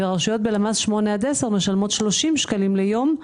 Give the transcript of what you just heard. רשויות בלמ"ס 8 עד 10 משלמות 30 שקלים ליום,